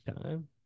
time